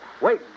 wait